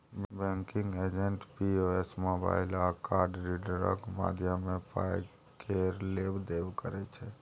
banking agent POS, mobile आ card रीडरक माध्यमे पाय केर लेब देब करै छै